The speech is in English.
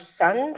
sons